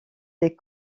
des